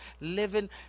living